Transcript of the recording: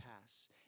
pass